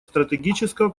стратегического